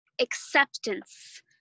acceptance